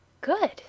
Good